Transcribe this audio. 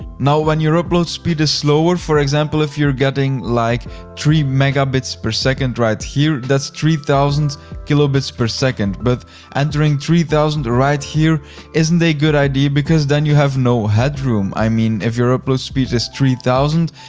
now, when your upload speed is slower, for example, if you're getting like three megabits per second right here, that's three thousand kilobits per second, but entering three thousand right here isn't a good idea because then you have no head room. i mean, if your upload speed is three thousand,